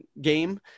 game